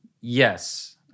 Yes